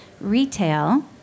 retail